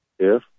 Yes